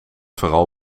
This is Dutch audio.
vooral